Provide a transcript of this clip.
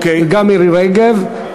וגם של מירי רגב,